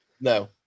No